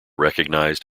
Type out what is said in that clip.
recognized